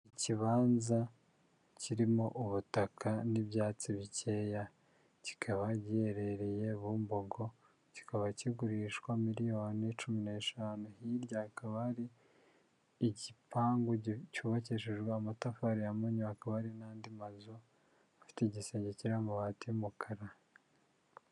Ikibanza kirimo ubutaka n'ibyatsi bikeya, kikaba giherereye Bumbogo, kikaba kigurishwa miliyoni cumi n'eshanu, hirya hakaba hari igipangu cyubakishijwe amatafari ya mpunyu, hakaba hari n'andi mazu afite igisenge kiriho amabati y'umukara.